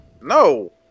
no